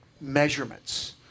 measurements